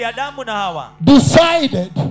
decided